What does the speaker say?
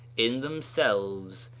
in themselves,